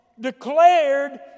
declared